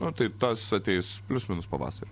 nu tai tas ateis plius minus pavasarį